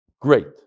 Great